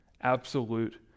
absolute